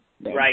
Right